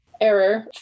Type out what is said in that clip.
error